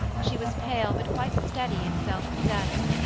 she was pale, but quite steady and self-possessed,